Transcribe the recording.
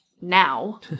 now